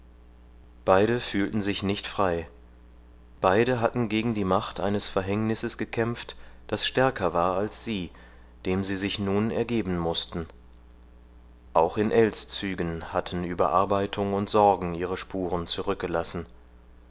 beide fühlten sich nicht frei beide hatten gegen die macht eines verhängnisses gekämpft das stärker war als sie dem sie sich nun ergeben mußten auch in ells zügen hatten überarbeitung und sorgen ihre spuren zurückgelassen